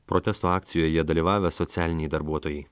protesto akcijoje dalyvavę socialiniai darbuotojai